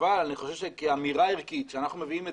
אבל אני חושב שכאמירה ערכית כשאנחנו מביאים את